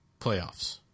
playoffs